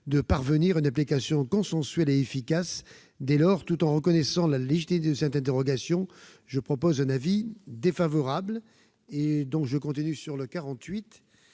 de parvenir à une application consensuelle et efficace. Dès lors, tout en reconnaissant la légitimité de cette interrogation, j'émets un avis défavorable sur cet amendement.